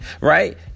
right